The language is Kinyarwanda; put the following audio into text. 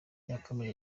yakomeje